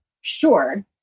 sure